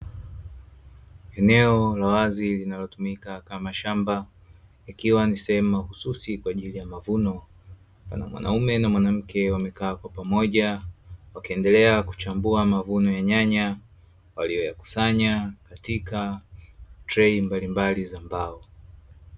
eneo la wazi linalotumika kama shamba, ikiwa ni sehemu mahususi kwa ajili ya mavuno, pana mwanaume na mwanamke wamekaa kwa pamoja wakiendelea kuchambua mavuno ya nyanya waliyoyakusanya katika trei mbalimbali za mbao.